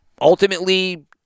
ultimately